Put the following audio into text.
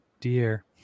dear